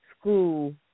school